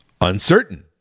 uncertain